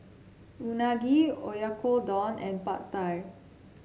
Unagi Oyakodon and Pad Thai